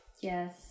Yes